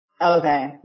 Okay